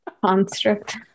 Construct